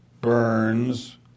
Burns